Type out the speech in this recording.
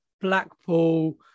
Blackpool